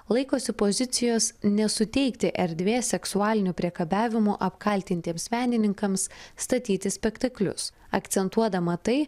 laikosi pozicijos nesuteikti erdvės seksualiniu priekabiavimu apkaltintiems menininkams statyti spektaklius akcentuodama tai